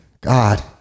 God